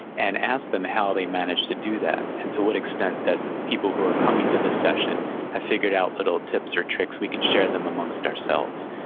and ask them how they managed to do that, and to what extent that the people who are coming to this session have figured out little tips or tricks, we can share them amongst ourselves.